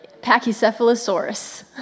Pachycephalosaurus